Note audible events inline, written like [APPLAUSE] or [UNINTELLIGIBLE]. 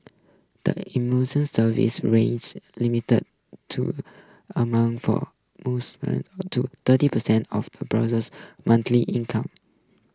the [UNINTELLIGIBLE] Service [UNINTELLIGIBLE] limits the two amount for moves [UNINTELLIGIBLE] to thirty percent of the brother's [UNINTELLIGIBLE] income